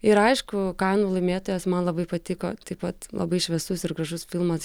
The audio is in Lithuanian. ir aišku kanų laimėtojas man labai patiko taip pat labai šviesus ir gražus filmas